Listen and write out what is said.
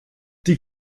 die